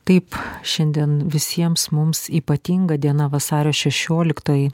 taip šiandien visiems mums ypatinga diena vasario šešioliktoji